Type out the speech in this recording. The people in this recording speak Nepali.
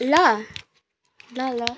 ल ल ल